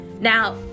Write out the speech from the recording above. Now